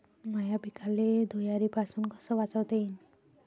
माह्या पिकाले धुयारीपासुन कस वाचवता येईन?